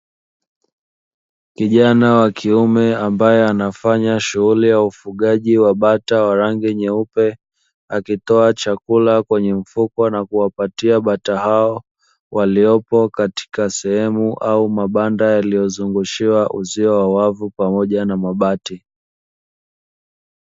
Kijana wa kiume ambaye anafanya shughuli ya ufugaji wa bata wa rangi nyeupe, akitoa chakula kwenye mfuko na kuwapatia bata hao, waliopo katika sehemu au mabanda yaliyozungushiwa uzio wa wavu pamoja na mabati.